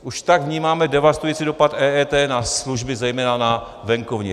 Už tak vnímáme devastující dopad EET na služby, zejména na venkově.